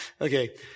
Okay